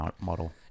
model